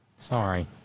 Sorry